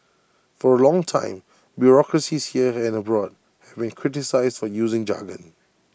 for A long time bureaucracies here and abroad have been criticised for using jargon